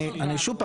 שוב,